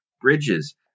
bridges